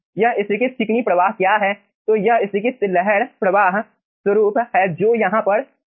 यह स्तरीकृत चिकनी प्रवाह क्या है तो यह स्तरीकृत लहर प्रवाह स्वरूप है जो यहां पर है